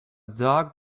dog